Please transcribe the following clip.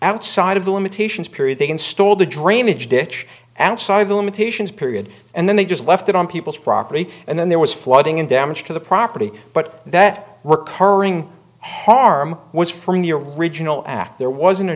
outside of the limitations period they installed the drainage ditch outside the limitations period and then they just left it on people's property and then there was flooding and damage to the property but that were currying haram which from the original act there wasn't a